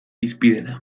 hizpidera